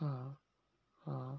ಹಾಂ ಹಾಂ